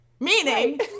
Meaning